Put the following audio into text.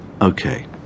Okay